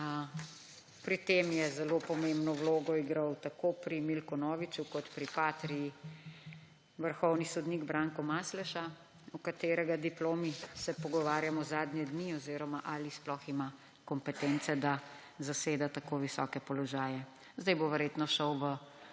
kajne? Zelo pomembno vlogo tako pri Milku Noviču kot pri Patrii je igral vrhovni sodnik Branko Masleša, o katerega diplomi se pogovarjamo zadnje dni oziroma ali sploh ima kompetence, da zaseda tako visoke položaje. Zdaj bo verjetno šel v